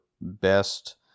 best